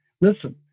Listen